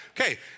Okay